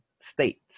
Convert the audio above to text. states